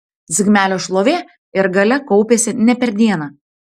zigmelio šlovė ir galia kaupėsi ne per dieną